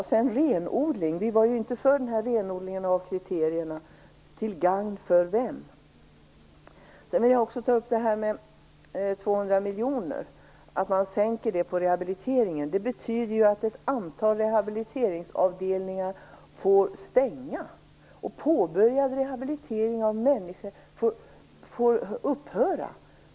Jag vill vidare säga att vi inte var för renodlingen av kriterierna. För vem är den till gagn? Jag vill också ta upp sänkningen av anslaget till rehabilitering med 200 miljoner. Det betyder att ett antal rehabiliteringsavdelningar stängs och att påbörjad rehabilitering av människor upphör.